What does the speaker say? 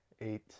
Eight